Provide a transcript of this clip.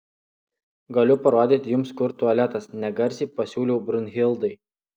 galiu parodyti jums kur tualetas negarsiai pasiūliau brunhildai